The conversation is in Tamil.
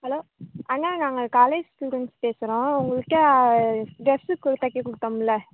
ஹலோ அண்ணன் நாங்கள் காலேஜ் ஸ்டூடண்ட் பேசுகிறோம் உங்கள்ட ட்ரெஸ்சு கூட தைக்கிறதுக்கு கொடுத்தோம்ல